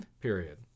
Period